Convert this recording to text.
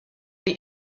the